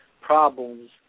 problems